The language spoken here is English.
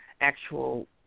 actual